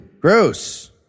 gross